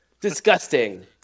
Disgusting